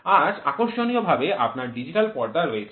আজ আকর্ষণীয়ভাবে আপনার ডিজিটাল পর্দা রয়েছে